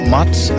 Mats